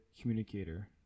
communicator